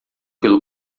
pelo